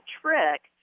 trick